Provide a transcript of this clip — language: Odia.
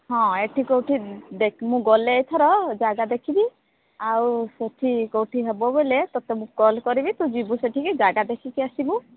ହଁ ଏଠି କୋଉଠି ଦେଖ୍ ମୁଁ ଗଲେ ଏଥର ଜାଗା ଦେଖିବି ଆଉ ସେଠି କୋଉଠି ହେବ ବୋଲେ ତତେ ମୁଁ କଲ୍ କରିବି ତୁ ଯିବୁ ସେଠିକି ଜାଗା ଦେଖିକି ଆସିବୁ